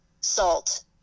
salt